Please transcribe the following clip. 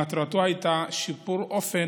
מטרתו הייתה שיפור אופן